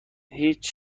هیچ